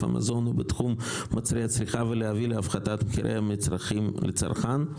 המזון ובתחום מוצרי הצריכה ולהביא להפחתת מחירי המצרכים לצרכן.